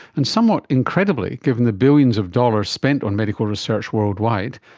and somewhat incredibly, given the billions of dollars spent on medical research worldwide,